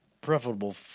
preferable